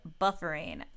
BUFFERING